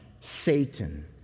Satan